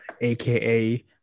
aka